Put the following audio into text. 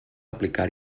aplicar